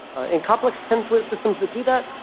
and complex template systems that do that,